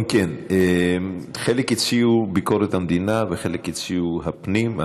אם כן, חלק הציעו ביקורת המדינה וחלק הציעו הפנים.